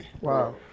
Wow